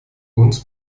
uns